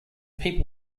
people